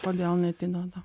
kodėl neatideda